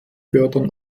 fördern